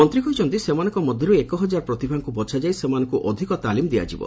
ମନ୍ତ୍ରୀ କହିଛନ୍ତି ସେମାନଙ୍କ ମଧ୍ୟରୁ ଏକ ହଜାର ପ୍ରତିଭାଙ୍କୁ ବଛାଯାଇ ସେମାନଙ୍କୁ ଅଧିକ ତାଲିମ୍ ଦିଆଯିବ